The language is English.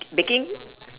baking